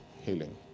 healing